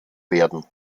werden